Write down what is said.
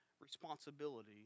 responsibility